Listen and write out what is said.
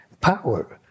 power